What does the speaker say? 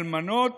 אלמנות,